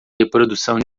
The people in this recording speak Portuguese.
reprodução